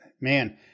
man